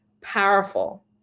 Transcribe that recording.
powerful